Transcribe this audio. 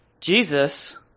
Jesus